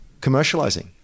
commercializing